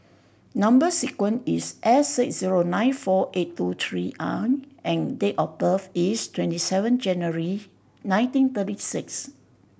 number sequence is S six zero nine four eight two three I and date of birth is twenty seven January nineteen thirty six